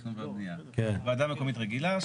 ועדה מקומית רגילה,